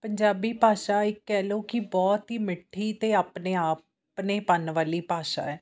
ਪੰਜਾਬੀ ਭਾਸ਼ਾ ਇੱਕ ਕਹਿ ਲਓ ਕਿ ਬਹੁਤ ਹੀ ਮਿੱਠੀ ਅਤੇ ਆਪਣੇ ਆਪ ਆਪਣੇਪਣ ਵਾਲੀ ਭਾਸ਼ਾ ਹੈ